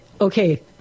okay